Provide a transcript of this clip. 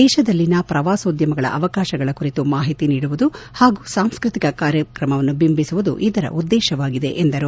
ದೇಶದಲ್ಲಿನ ಪ್ರವಾಸೋದ್ಯಮಗಳ ಅವಕಾಶಗಳ ಕುರಿತು ಮಾಹಿತಿ ನೀಡುವುದು ಹಾಗೂ ಸಾಂಸ್ಟತಿಕ ಕಾರ್ಯಕ್ರಮವನ್ನು ಬಿಂಬಿಸುವುದು ಇದರ ಉದ್ದೇಶವಾಗಿದೆ ಎಂದರು